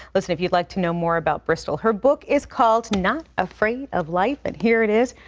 listen, if you'd like to know more about bristol, her book is called, not afraid of life. and here it is.